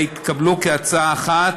והתקבלו כהצעה אחת.